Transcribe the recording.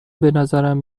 بنظرم